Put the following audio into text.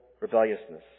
rebelliousness